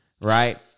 right